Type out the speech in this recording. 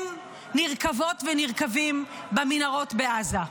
הם נרקבות ונרקבים במנהרות בעזה.